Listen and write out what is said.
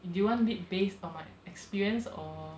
do you want it based on my experience or